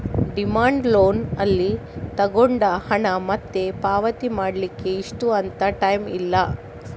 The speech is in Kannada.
ಡಿಮ್ಯಾಂಡ್ ಲೋನ್ ಅಲ್ಲಿ ತಗೊಂಡ ಹಣ ಮತ್ತೆ ಪಾವತಿ ಮಾಡ್ಲಿಕ್ಕೆ ಇಷ್ಟು ಅಂತ ಟೈಮ್ ಇಲ್ಲ